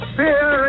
fear